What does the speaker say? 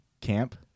camp